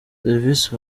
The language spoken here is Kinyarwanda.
serivisi